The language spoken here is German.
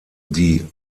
die